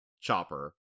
Chopper